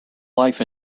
life